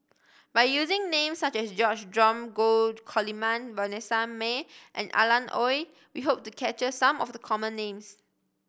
by using names such as George Dromgold Coleman Vanessa Mae and Alan Oei we hope to capture some of the common names